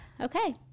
Okay